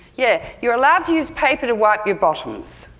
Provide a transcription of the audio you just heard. yeah, you're allowed to use paper to wipe your bottoms!